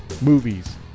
movies